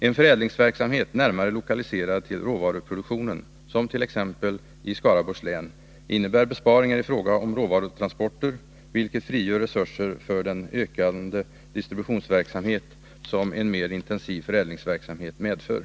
En förädlingsverksamhet närmare lokaliserad till råvaruproduktionen, som t.ex. i Skaraborgs län, innebär besparingar i fråga om råvarutransporter, vilket frigör resurser för den ökade distributionsverksamhet som en mer intensiv förädlingsverksamhet medför.